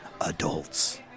adults